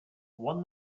one